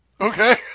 Okay